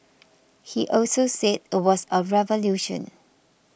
he also said it was a revolution